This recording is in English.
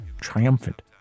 triumphant